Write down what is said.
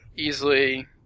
easily